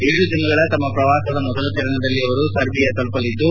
ಏಳು ದಿನಗಳ ತಮ್ಮ ಪ್ರವಾಸದ ಮೊದಲ ಚರಣದಲ್ಲಿ ಅವರು ಸರ್ಬಿಯಾ ತೆಲುಪಲಿದ್ದು